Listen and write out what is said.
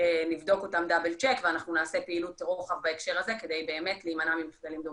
ייבדקו דאבל צ'ק ונעשה פעילות רוחב בהקשר הזה כדי להימנע ממחדלים דומים.